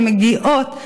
שמגיעות,